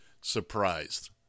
surprised